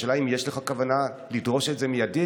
השאלה: האם יש לך כוונה לדרוש את זה מיידית,